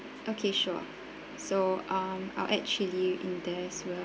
okay sure so um I'll add chilli in there as well